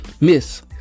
Miss